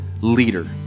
leader